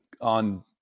on